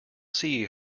see